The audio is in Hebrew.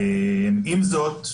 עם זאת,